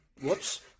Whoops